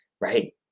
right